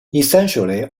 essentially